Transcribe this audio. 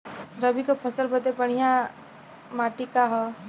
रबी क फसल बदे सबसे बढ़िया माटी का ह?